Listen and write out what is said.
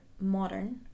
modern